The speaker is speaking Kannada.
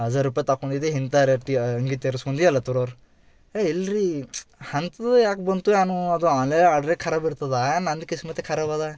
ಹಝಾರ್ ರುಪಾಯಿ ತಗೊಂಡಿದಿ ಇಂತಾ ರೇಟಿ ಅಂಗಿ ತರಿಸಿಕೊಂಡಿ ಹೇಳತ್ತಾರ್ ಅವ್ರು ಏ ಎಲ್ರೀ ಅಂಥದೇ ಯಾಕೆ ಬಂತು ಆನು ಅದು ಆನ್ಲೈನ್ ಆರ್ಡ್ರೇ ಖರಾಬಿರ್ತದಾ ನನ್ದು ಕಿಸ್ಮತ್ತೆ ಖರಾಬದ